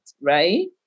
right